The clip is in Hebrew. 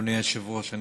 אדוני היושב-ראש,